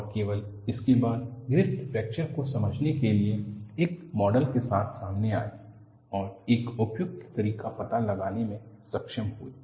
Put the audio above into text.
और केवल इसके साथ ग्रिफ़िथ फ्रैक्चर को समझाने के लिए एक मॉडल के साथ सामने आए और एक उपयुक्त तरीका पता लगाने में सक्षम हुए